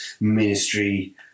Ministry